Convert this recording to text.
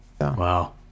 Wow